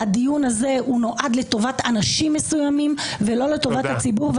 הדיון הזה נועד לטובת אנשים מסוימים ולא לטובת הציבור,